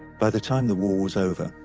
by the time the war was over,